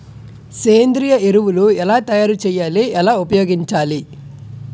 సేంద్రీయ ఎరువులు ఎలా తయారు చేయాలి? ఎలా ఉపయోగించాలీ?